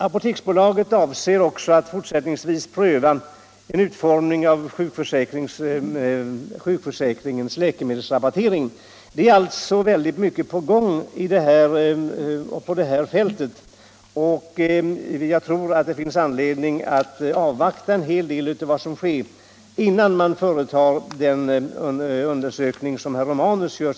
Apoteksbolaget avser också att fortsättningsvis pröva utformningen av sjukförsäkringens läkemedelsrabattering. Det är alltså väldigt mycket på gång på det här fältet, och jag tror att det finns anledning att avvakta det som nu sker innan man företar den undersökning som herr Romanus vill ha.